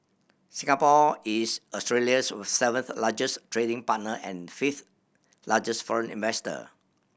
Singapore is Australia's seventh largest trading partner and fifth largest foreign investor